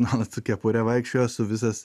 nuolat su kepure vaikščiojo su visas